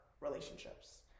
relationships